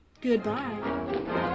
Goodbye